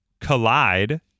Collide